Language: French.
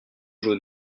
jaunes